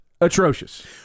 atrocious